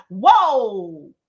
whoa